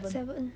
seven